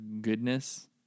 goodness